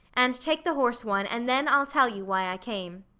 and take the horse one and then i'll tell you why i came.